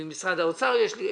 עם משרד האוצר יש לי קשיים.